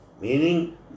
meaning